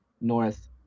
North